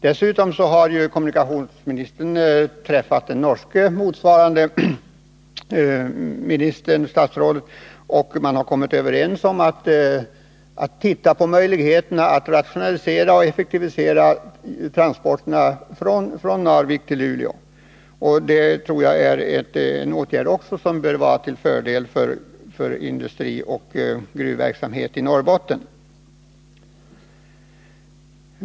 Dessutom har kommunikationsministern träffat sin norska kollega, varvid man har kommit överens om att se på möjligheterna att rationalisera och effektivisera transporterna från Narvik till Luleå. Även detta tror jag kan komma att bli till fördel för industrioch gruvverksamhet i Norrbotten.